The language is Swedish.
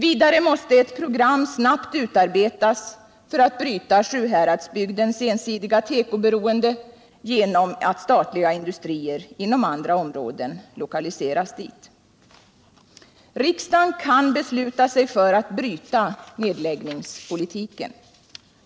Vidare måste ett program snabbt utarbetas för att bryta Sjuhäradsbygdens ensidiga tekoberoende genom att statliga industrier inom andra områden lokaliseras dit. Riksdagen kan besluta sig för att bryta nedläggningspolitiken.